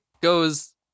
goes